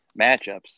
matchups